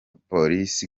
polisi